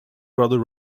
brother